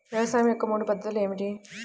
వ్యవసాయం యొక్క మూడు పద్ధతులు ఏమిటి?